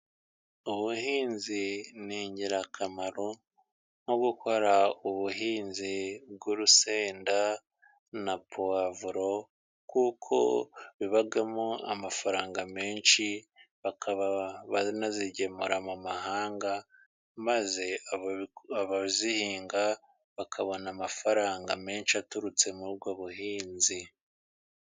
Ubuhinzi ni ingirakamaro . Nko gukora ubuhinzi bw'urusenda na puwavuro kuko bibamo amafaranga menshi ,bakaba banazigemura mu mahanga ,maze abazihinga bakabona amafaranga menshi aturutse muri ubwo buhinzi.